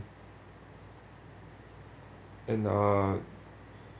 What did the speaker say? and uh